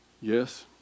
Yes